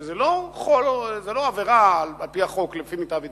שזה לא עבירה על-פי החוק, לפי מיטב ידיעתי,